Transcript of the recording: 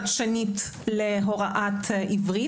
חדשנית להוראת עברית,